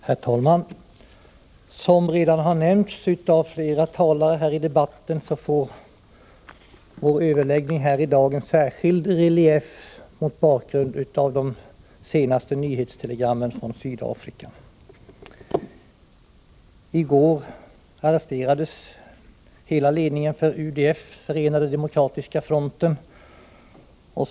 Herr talman! Som redan har nämnts av flera talare i debatten får vår överläggning i dag en särskild relief mot bakgrund av de senaste nyhetstelegrammen från Sydafrika. I går arresterades hela ledningen för UDF, Förenade Demokratiska Fronten.